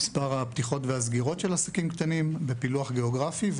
מספר הפתיחות והסגירות של עסקים קטנים ופילוח גיאוגרפי,